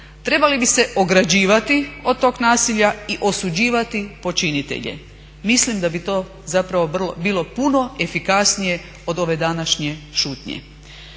Trebali bi se ograđivati od tog nasilja i osuđivati počinitelje. Mislim da bi to zapravo bilo puno efikasnije od ove današnje šutnje.